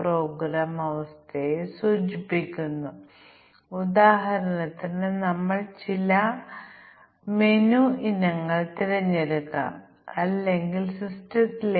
programme പരാജയപ്പെടാൻ സാധ്യതയുള്ള ചില പ്രത്യേക മൂല്യങ്ങൾ അവർക്ക് എങ്ങനെയെങ്കിലും അറിയാം